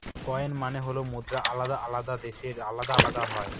coin মানে হল মুদ্রা আলাদা আলাদা দেশে আলাদা আলাদা হয়